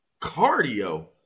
cardio